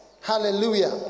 hallelujah